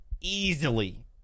easily